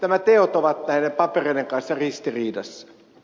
nämä teot ovat näiden papereiden kanssa ristiriidassa